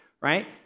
Right